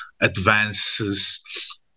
advances